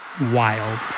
wild